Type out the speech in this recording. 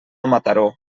mataró